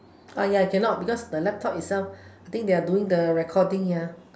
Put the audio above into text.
uh ya cannot because the laptop itself I think they are doing the recording here